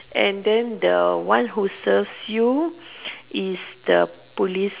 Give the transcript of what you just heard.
and then the one who serves you is the police